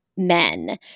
Men